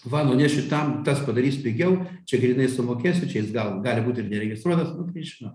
va nunešiu tam tas padarys pigiau čia grynais sumokėsiu čia jis gal gali būt ir neregistruotas nu tai žinot